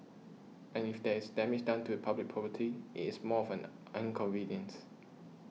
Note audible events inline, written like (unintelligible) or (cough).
and if there is damage done to a public property it is more of an (unintelligible)